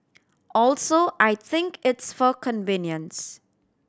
also I think it's for convenience